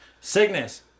Cygnus